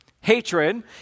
Hatred